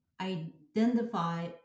identify